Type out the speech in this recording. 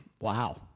wow